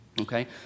okay